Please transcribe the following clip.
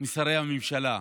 משרי הממשלה,